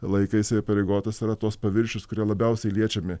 laiką jisai įsipareigotas yra tuos paviršius kurie labiausiai liečiami